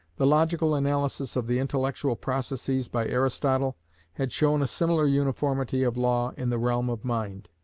the logical analysis of the intellectual processes by aristotle had shown a similar uniformity of law in the realm of mind.